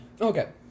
Okay